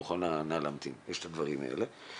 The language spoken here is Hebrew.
אבל